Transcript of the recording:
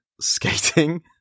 skating